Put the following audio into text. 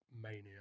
mania